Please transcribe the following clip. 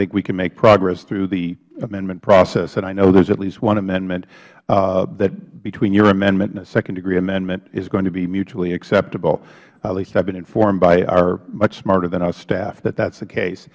think we can make progress through the amendment process and i know there is at least one amendment that between your amendment and a second degree amendment is going to be mutually acceptable at least i have been informed by our much smarter than us staff that that is the case